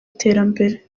iterambere